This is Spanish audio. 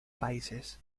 países